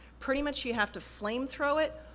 pretty much you have to flamethrow it,